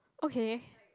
okay